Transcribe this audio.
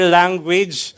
language